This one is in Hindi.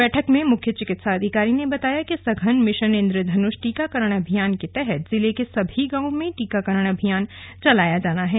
बैठक में मुख्य चिकित्सा अधिकारी ने बताया कि सघन मिशन इंद्रधनुष टीकाकरण अभियान के तहत जिले के सभी गांवों में टीकाकरण अभियान चलाया जाना है